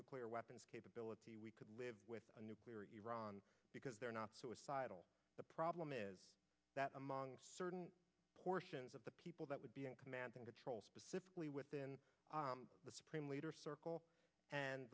nuclear weapons capability we could live with a nuclear iran because they're not suicidal the problem is that among certain portions of the people that would command and control specifically within the supreme leader circle